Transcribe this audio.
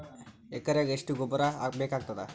ಎಕರೆಗ ಎಷ್ಟು ಗೊಬ್ಬರ ಬೇಕಾಗತಾದ?